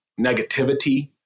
Negativity